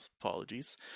apologies